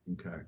Okay